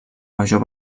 major